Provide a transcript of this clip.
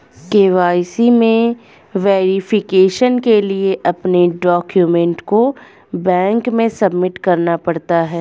KYC में verification के लिए अपने डाक्यूमेंट को बैंक में सबमिट करना पड़ता है